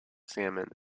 salmon